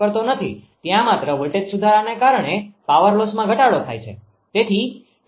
ત્યાં માત્ર વોલ્ટેજ સુધારણાને કારણે પાવર લોસમાં ઘટાડો થયો છે